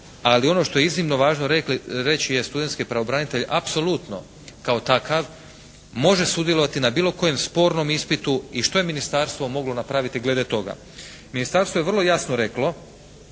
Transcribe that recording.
Ali ono što je iznimno važno reći je studentski pravobranitelj apsolutno kao takav može sudjelovati na bilo kojem spornom ispitu i što je Ministarstvo moglo napraviti glede toga?